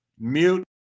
Mute